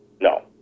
No